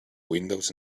windows